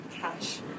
cash